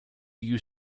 you